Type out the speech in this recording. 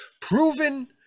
proven